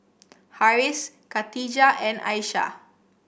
Harris Katijah and Aisyah